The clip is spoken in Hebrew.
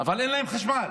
אבל אין להם חשמל.